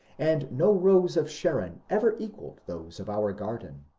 and no rose of sharon ever equalled those of our garden.